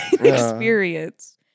experience